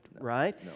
right